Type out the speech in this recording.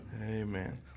Amen